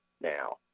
now